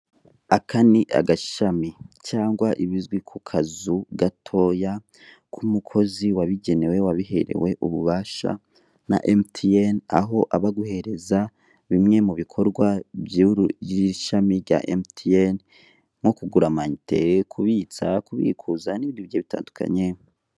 Aka ni agashami cyangwa ibizwi ku kazu gatoya k'umukozi wabigenewe, wabiherewe ububasha na emutiyene, aho aba aguhereza bimwe mu bikorwa by'ishami rya emutiyene, nko kugura amayinite, kubitsa, kubikuza, n'ibindi bigiye bitandukanye.